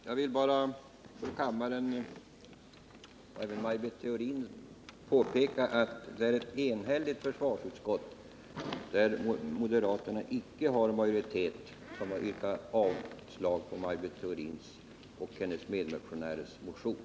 Herr talman! Jag vill för kammaren och Maj Britt Theorin påpeka att det är ett enhälligt försvarsutskott — och moderaterna har icke majoritet i utskottet — som yrkat avslag på Maj Britt Theorins m.fl. motion.